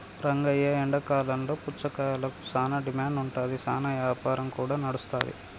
రంగయ్య ఎండాకాలంలో పుచ్చకాయలకు సానా డిమాండ్ ఉంటాది, సానా యాపారం కూడా నడుస్తాది